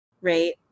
Right